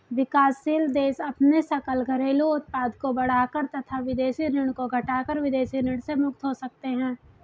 विकासशील देश अपने सकल घरेलू उत्पाद को बढ़ाकर तथा विदेशी ऋण को घटाकर विदेशी ऋण से मुक्त हो सकते हैं